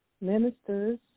Ministers